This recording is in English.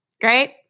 Great